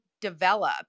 develop